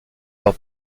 leur